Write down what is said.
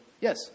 yes